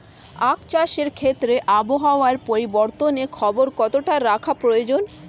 আখ চাষের ক্ষেত্রে আবহাওয়ার পরিবর্তনের খবর কতটা রাখা প্রয়োজন?